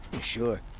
Sure